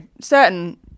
certain